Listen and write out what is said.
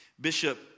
Bishop